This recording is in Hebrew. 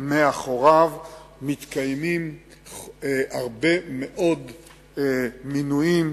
מאחוריו מתקיימים הרבה מאוד מינויים,